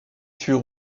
fût